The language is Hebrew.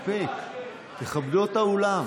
מספיק, תכבדו את האולם.